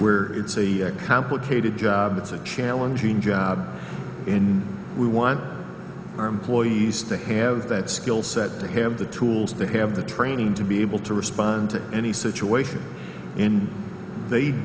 where it's a complicated job it's a challenging job in we want our employees to have that skill set to have the tools to have the training to be able to respond to any situation in they